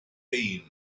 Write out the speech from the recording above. been